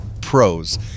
pros